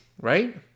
right